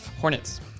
Hornets